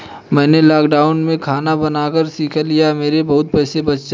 मैंने लॉकडाउन में खाना बनाना सीख लिया है, मेरे बहुत पैसे बच जाएंगे